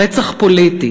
רצח פוליטי,